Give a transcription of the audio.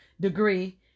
degree